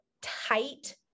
tight